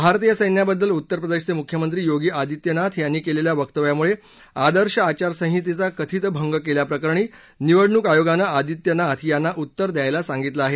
भारतीय सैन्याबद्दल उत्तरप्रदेशचे मुख्यमंत्री योगी आदित्यनाथ यांनी केलेल्या वक्तव्यामुळे आदर्श आचारसंहितेचा कथित भंग केल्याप्रकरणी निवडणूक आयोगानं आदित्यनाथ यांना उत्तर द्यायला सांगितलं आहे